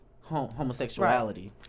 homosexuality